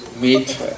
meet